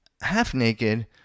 half-naked